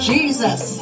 Jesus